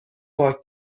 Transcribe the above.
پاک